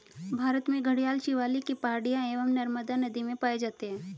भारत में घड़ियाल शिवालिक की पहाड़ियां एवं नर्मदा नदी में पाए जाते हैं